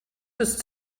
just